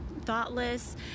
thoughtless